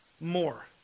more